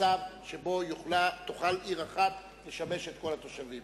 מצב שבו תוכל עיר אחת לשמש את כל התושבים,